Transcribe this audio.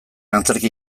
antzerki